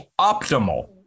optimal